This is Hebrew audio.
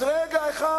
אז רגע אחד.